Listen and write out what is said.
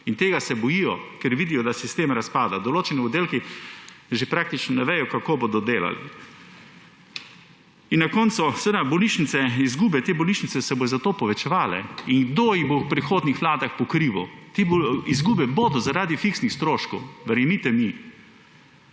in tega se bojijo, ker vidijo, da sistem razpada. Določeni oddelki že praktično ne vejo, kako bodo delali. In na koncu izgube te bolnišnice se bojo zato povečevale. In kdo jih bo v prihodnjih vladah pokrival? Izgube bodo zaradi fiksnih stroškov, verjemite mi.